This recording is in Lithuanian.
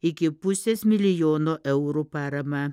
iki pusės milijono eurų paramą